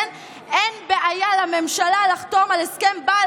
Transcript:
שאין בעיה לממשלה לחתום על הסכם בעל